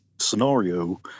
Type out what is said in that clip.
scenario